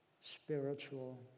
spiritual